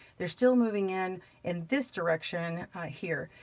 they're still moving in and this direction here.